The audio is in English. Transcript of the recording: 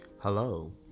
Hello